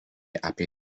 apie